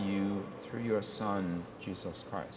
you through your son jesus christ